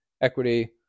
equity